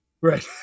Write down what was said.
Right